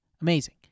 Amazing